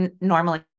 normally